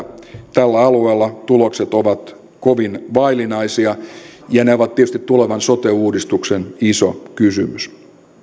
tällä alueella tulokset ovat kovin vaillinaisia ja ne ovat tietysti tulevan sote uudistuksen iso kysymys